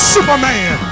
Superman